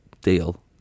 Deal